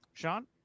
sean